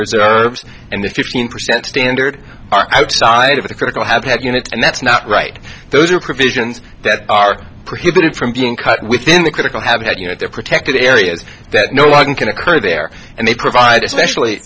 reserves and the fifteen percent standard outside of the critical habitat units and that's not right those are provisions that are prohibited from being cut within the critical habitat you know they're protected areas that no one can occur there and they provide especially